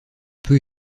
peu